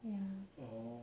ya